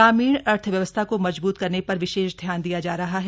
ग्रामीण अर्थव्यवस्था को मजबूत करने पर विशेष ध्यान दिया जा रहा है